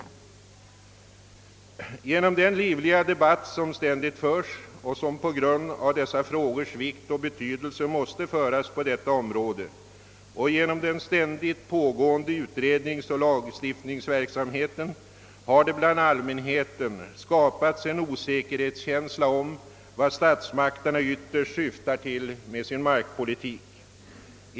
Genom den livliga debatt som ständigt förs och som på grund av dessa frågors vikt måste föras på detta område och genom den ständigt pågående utredningsoch lagstiftningsverksamheten här det bland allmänheten skapats en känsla av osäkerhet om vad statsmakterna ytterst syftar till med sin markpolitik.